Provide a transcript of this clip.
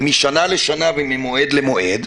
משנה לשנה וממועד למועד,